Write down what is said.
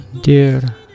Dear